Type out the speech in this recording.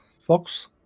Fox